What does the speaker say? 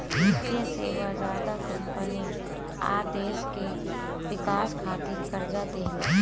वित्तीय सेवा ज्यादा कम्पनी आ देश के विकास खातिर कर्जा देवेला